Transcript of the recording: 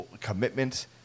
commitment